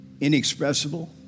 inexpressible